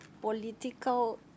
political